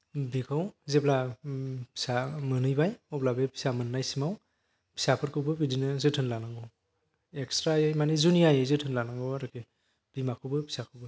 बेखौ जेब्ला फिसा मोनहैबाय अब्ला बे फिसा मोननायसिमाव फिसाफोरखौबो बिदिनो जोथोन लानांगौ एक्सट्रायै माने जुनियायै जोथोन लानांगौ आरोखि बिमाखौबो फिसाखौबो